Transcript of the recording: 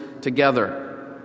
together